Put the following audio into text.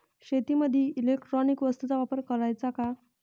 शेतीमंदी इलेक्ट्रॉनिक वस्तूचा वापर कराचा का?